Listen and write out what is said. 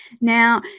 Now